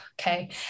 okay